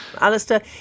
alistair